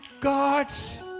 God's